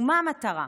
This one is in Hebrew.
ומה המטרה?